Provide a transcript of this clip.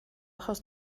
achos